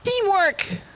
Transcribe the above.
Teamwork